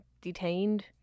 detained